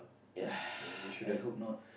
ya I hope not